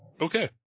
Okay